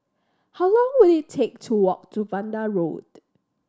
how long will it take to walk to Vanda Road